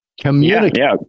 Communicate